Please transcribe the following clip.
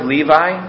Levi